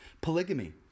Polygamy